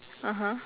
(uh huh)